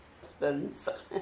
husbands